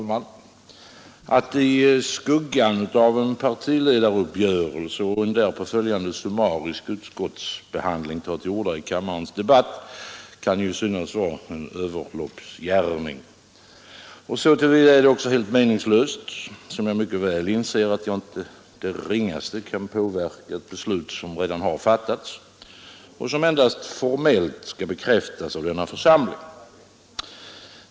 Herr talman! Att i skuggan av en partiledaruppgörelse och en därpå följande summarisk utskottsbehandling ta till orda i kammarens debatt kan synas vara en överloppsgärning. Så till vida är det också helt meningslöst som jag mycket väl inser att jag inte det ringaste kan påverka ett beslut som redan har fattats och som endast formellt skall bekräftas av denna församling.